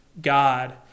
God